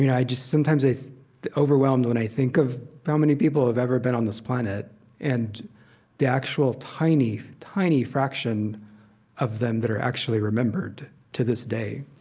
you know i just sometimes i'm overwhelmed when i think of how many people have ever been on this planet and the actual tiny, tiny fraction of them that are actually remembered to this day.